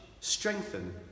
strengthen